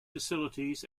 facilities